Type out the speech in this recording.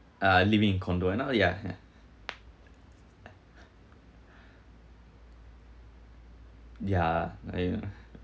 uh living in condo now yeah ya ya ya